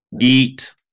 eat